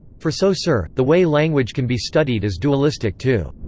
for so saussure, the way language can be studied is dualistic too.